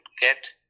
get